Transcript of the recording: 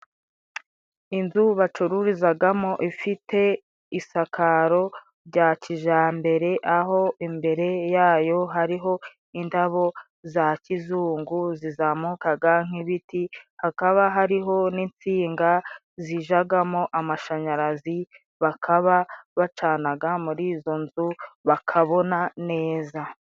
Inzu bacururizagamo ifite isakaro rya kijambere ,aho imbere yayo hariho indabo za kizungu zizamukaga nk'ibiti hakaba hariho n'insinga zijagamo amashanyarazi, bakaba bacanaga muri izo nzu bakabona neza.